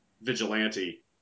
vigilante